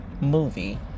movie